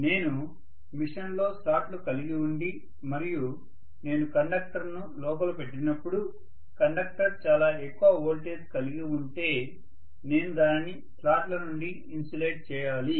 నేను మెషీన్లో స్లాట్లు కలిగి ఉండి మరియు నేను కండక్టర్లను లోపల పెట్టినప్పుడు కండక్టర్ చాలా ఎక్కువ వోల్టేజ్ కలిగి ఉంటే నేను దానిని స్లాట్ల నుండి ఇన్సులేట్ చేయాలి